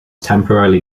temporarily